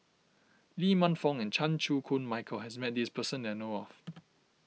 Lee Man Fong and Chan Chew Koon Michael has met this person that I know of